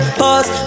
pause